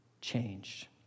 changed